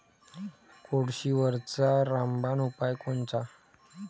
कोळशीवरचा रामबान उपाव कोनचा?